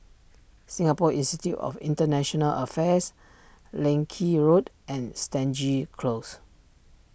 Singapore Institute of International Affairs Leng Kee Road and Stangee Close